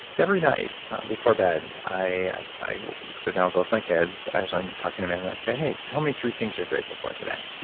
every night before bed i i sit down with both of my kids, actually, i'm tucking them in, and i say, hey, tell me three things you're grateful for today.